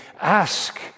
ask